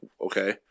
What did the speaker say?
okay